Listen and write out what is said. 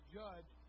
judge